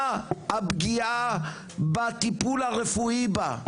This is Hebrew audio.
מה הפגיעה בטיפול הרפואי בה?